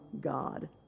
God